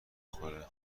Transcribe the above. خورد